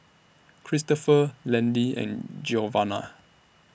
Cristopher Landyn and Giovanna